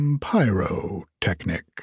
Pyrotechnic